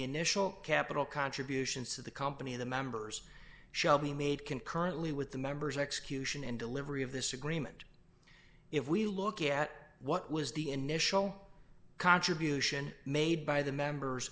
initial capital contributions to the company of the members shall be made concurrently with the members execution and delivery of this agreement if we look at what was the initial contribution made by the members